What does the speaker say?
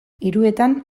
hiruetan